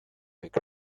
avec